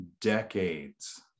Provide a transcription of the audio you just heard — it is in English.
decades